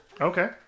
okay